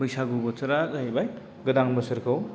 बैसागु बोथोरा जाहैबाय गोदान बोसोरखौ